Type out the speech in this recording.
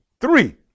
three